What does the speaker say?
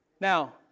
Now